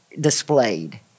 displayed